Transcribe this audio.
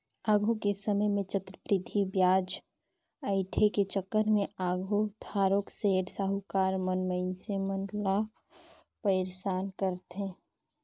आघु के समे में चक्रबृद्धि बियाज अंइठे के चक्कर में आघु थारोक सेठ, साहुकार मन मइनसे मन ल पइरसान करें